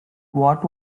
what